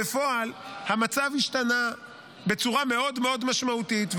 בפועל המצב השתנה בצורה מאוד משמעותית,